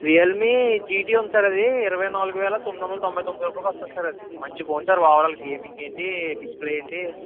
Realme GT ఉంది sir అది ఇరవై నాలుగు వేల తొమ్మిదొందల తొంభై తొమ్మిది రూపాయలకు వస్తుంది సార్ అది మంచి ఫోన్ సార్ ఓవరాల్ గేమింగ్ ఏంటి డిస్ప్లే ఏంటి